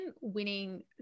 winning